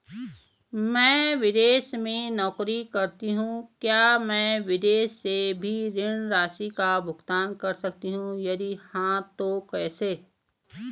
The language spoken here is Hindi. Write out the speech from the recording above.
मैं विदेश में नौकरी करतीं हूँ क्या मैं विदेश से भी ऋण राशि का भुगतान कर सकती हूँ यदि हाँ तो कैसे?